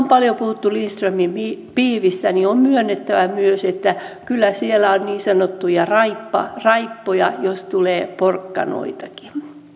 paljon puhuttu lindströmin pihvistä niin on myönnettävä myös että kyllä siellä on niin sanottuja raippoja raippoja jos tulee porkkanoitakin